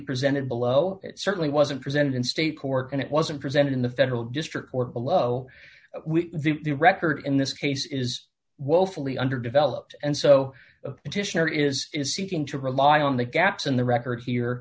presented below it certainly wasn't presented in state court and it wasn't presented in the federal district court below the record in this case is woefully underdeveloped and so the petitioner is is seeking to rely on the gaps in the record here